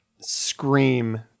scream